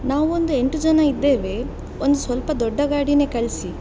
ನಾವೊಂದು ಎಂಟು ಜನ ಇದ್ದೇವೆ ಒಂದು ಸ್ವಲ್ಪ ದೊಡ್ಡ ಗಾಡಿನೇ ಕಳಿಸಿ